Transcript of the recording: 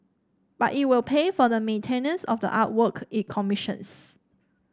but it will pay for the maintenance of the artwork it commissions